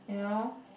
you know